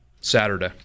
Saturday